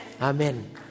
Amen